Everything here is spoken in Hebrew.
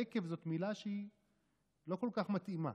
עקב זו מילה שהיא לא כל כך מתאימה.